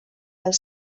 els